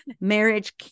marriage